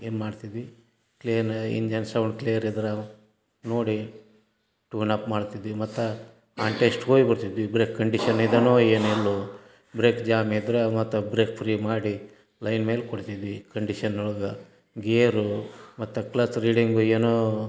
ಏನು ಮಾಡ್ತಿದ್ವಿ clean engine sound clear ಇದ್ರೆ ನೋಡಿ ಟ್ಯೂನ್ಅಪ್ ಮಾಡ್ತಿದ್ವಿ ಮತ್ತು ಆ ಟೆಸ್ಟ್ಗೆ ಹೋಗ್ ಬರ್ತಿದ್ವಿ ಬ್ರೆಕ್ ಕಂಡೀಶನ್ ಇದೆನೋ ಏನು ಇಲ್ವೋ ಬ್ರೆಕ್ ಜಾಮ್ ಇದ್ರೆ ಮತ್ತೆ ಬ್ರೆಕ್ ಫ್ರೀ ಮಾಡಿ ಲೈನ್ ಮೇಲೆ ಕೊಡ್ತಿದ್ವಿ ಕಂಡೀಶನ್ ಒಳಗೆ ಗೇರು ಮತ್ತು ಕ್ಲಚ್ ರೀಡಿಂಗು ಏನು